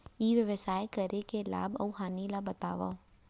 ई व्यवसाय करे के लाभ अऊ हानि ला बतावव?